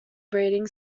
breeding